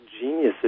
geniuses